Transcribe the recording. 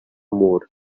more